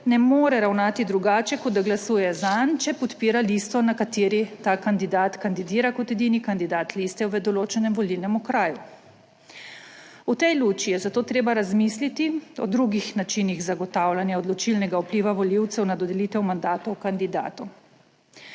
ne more ravnati drugače, kot da glasuje zanj, če podpira listo, na kateri ta kandidat kandidira, kot edini kandidat liste v določenem volilnem okraju. V tej luči je zato treba razmisliti o drugih načinih zagotavljanja odločilnega vpliva volivcev na dodelitev mandatov kandidatom.